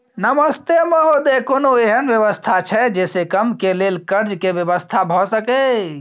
नमस्ते महोदय, कोनो एहन व्यवस्था छै जे से कम के लेल कर्ज के व्यवस्था भ सके ये?